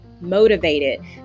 motivated